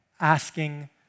asking